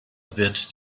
wird